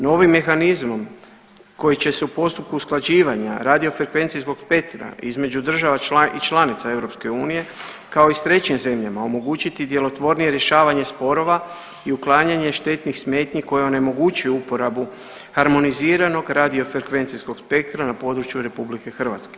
Novim mehanizmom koji će se u postupku usklađivanja radiofrekvencije … između država i članica EU kao i s trećim zemljama omogućiti djelotvornije rješavanje sporova i uklanjanje štetnih smetnji koje onemogućuju uporabu harmoniziranog radio frekvencijskog spektra na području RH.